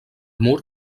mur